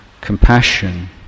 compassion